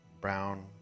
brown